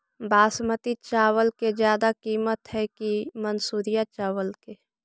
बासमती चावल के ज्यादा किमत है कि मनसुरिया चावल के?